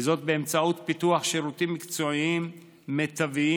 וזאת באמצעות פיתוח שירותים מקצועיים, מיטביים